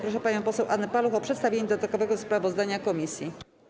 Proszę panią poseł Annę Paluch o przedstawienie dodatkowego sprawozdania komisji.